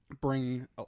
bring